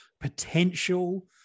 potential